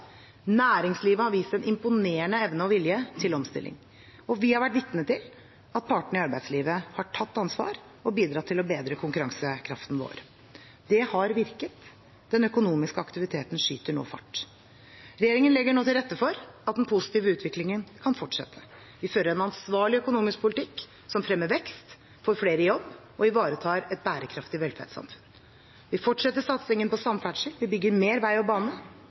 Næringslivet har vist en imponerende evne og vilje til omstilling, og vi har vært vitne til at partene i arbeidslivet har tatt ansvar og bidratt til å bedre konkurransekraften vår. Det har virket. Den økonomiske aktiviteten skyter nå fart. Regjeringen legger nå til rette for at den positive utviklingen kan fortsette. Vi fører en ansvarlig økonomisk politikk som fremmer vekst, får flere i jobb og ivaretar et bærekraftig velferdssamfunn. Vi fortsetter satsingen på samferdsel. Vi bygger mer vei og bane.